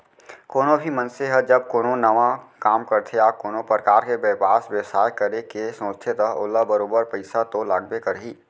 कोनो भी मनसे ह जब कोनो नवा काम करथे या कोनो परकार के बयपार बेवसाय करे के सोचथे त ओला बरोबर पइसा तो लागबे करही